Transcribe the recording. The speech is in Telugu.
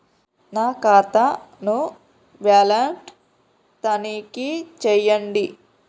నా ఖాతా ను బ్యాలన్స్ తనిఖీ చేయండి?